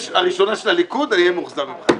הראשונה של הליכוד אני אהיה מאוכזב ממך.